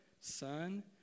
Son